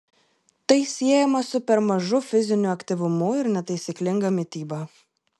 tai siejama su per mažu fiziniu aktyvumu ir netaisyklinga mityba